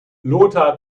lothar